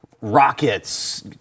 rockets